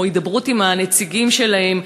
או הידברות עם הנציגים שלהם,